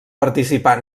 participar